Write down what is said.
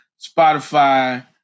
Spotify